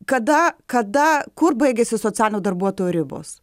kada kada kur baigiasi socialinio darbuotojo ribos